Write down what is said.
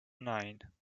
nine